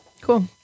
Cool